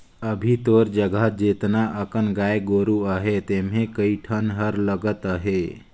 अभी तोर जघा जेतना अकन गाय गोरु अहे तेम्हे कए ठन हर लगत अहे